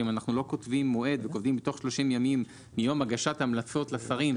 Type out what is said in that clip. שאם אנחנו לא כותבים מועד וכותבים מתוך 30 ימים מיום הגשת המלצות לשרים,